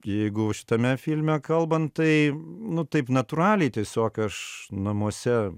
jeigu šitame filme kalbant tai nu taip natūraliai tiesiog aš namuose